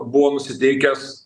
buvo nusiteikęs